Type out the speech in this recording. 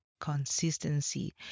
consistency